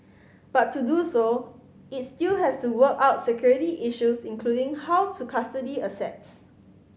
but to do so it still has to work out security issues including how to custody assets